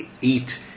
eat